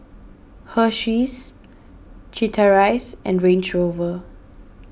Hersheys Chateraise and Range Rover